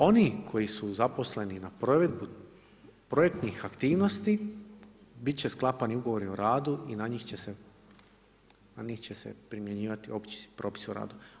Oni koji su zaposleni na provedbi projektnih aktivnosti, bit će sklapani ugovori o radu i na njih će se primjenjivati opći propisi o radu.